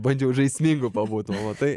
bandžiau žaismingu pabūt o matai